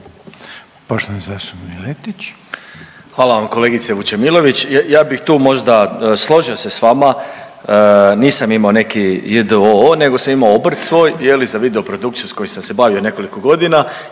**Miletić, Marin (MOST)** Hvala vam kolegice Vučemilović. Ja bih tu možda složio se s vama, nisam imao neki j.d.o.o. nego sam imao obrt svoj za video produkciju s kojom se se bavio nekoliko godina